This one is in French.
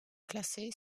classés